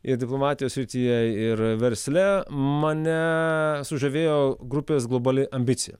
ir diplomatijos srityje ir versle mane sužavėjo grupės globali ambicija